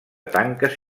tanques